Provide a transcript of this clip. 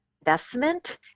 investment